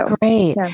Great